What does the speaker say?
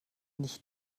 nicht